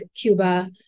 Cuba